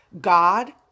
God